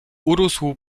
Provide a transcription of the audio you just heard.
urósł